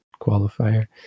qualifier